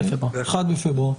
בוקר טוב.